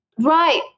Right